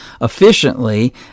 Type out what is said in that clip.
efficiently